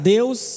Deus